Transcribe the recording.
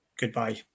goodbye